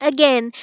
Again